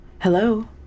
Hello